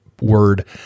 word